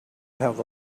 have